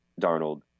Darnold